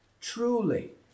truly